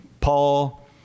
Paul